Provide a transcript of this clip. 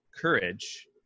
courage